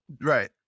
right